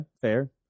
fair